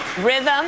rhythm